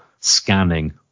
scanning